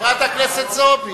חברת הכנסת זועבי,